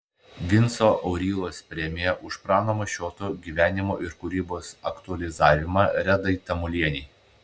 vinco aurylos premija už prano mašioto gyvenimo ir kūrybos aktualizavimą redai tamulienei